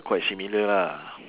quite similar lah